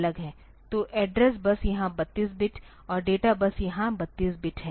तो एड्रेस बस यहाँ 32 बिट है और डेटा बस यहाँ 32 बिट है